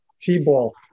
t-ball